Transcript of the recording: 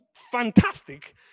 fantastic